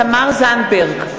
תמר זנדברג,